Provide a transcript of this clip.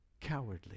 cowardly